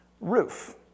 roof